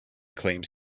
claims